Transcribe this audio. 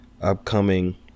upcoming